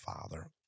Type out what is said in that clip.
father